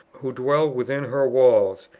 who dwell within her walls,